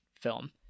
film